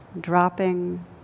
dropping